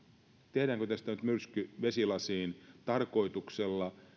tehdäänkö tästä nyt myrsky vesilasiin kiihdytetään tarkoituksella